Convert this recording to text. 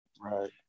right